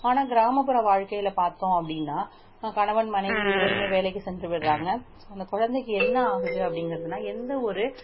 ஆனால் கிராமப்புற வாழ்க்கையில் பார்த்தோம் அப்படின்னா கணவன் மனைவி இருவருமே வேலைக்கு சென்று வரறாங்க அந்த குழந்தைக்கி என்ன ஆகுது அப்படிங்கிறதுனா எந்தவொரு